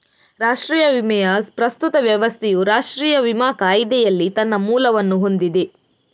ರಾಷ್ಟ್ರೀಯ ವಿಮೆಯ ಪ್ರಸ್ತುತ ವ್ಯವಸ್ಥೆಯು ರಾಷ್ಟ್ರೀಯ ವಿಮಾ ಕಾಯಿದೆಯಲ್ಲಿ ತನ್ನ ಮೂಲವನ್ನು ಹೊಂದಿದೆ